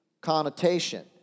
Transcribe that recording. connotation